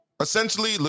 essentially